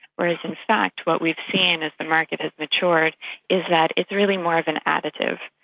whereas in fact what we've seen as the market has matured is that it's really more of an additive,